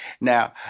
Now